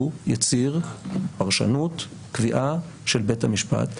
הוא יציר פרשנות, קביעה, של בית המשפט.